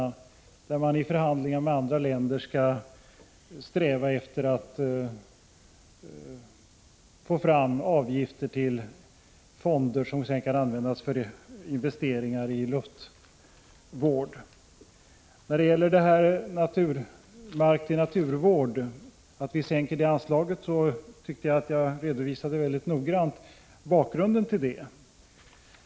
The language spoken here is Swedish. Där sträver man efter att i förhandlingarna med andra länder genom avgifter få fram medel till fonder som sedan kan användas till investeringar i luftvård. Beträffande vårt förslag att sänka anslaget för mark till naturvård tycker jag att jag väldigt noggrant redovisade bakgrunden.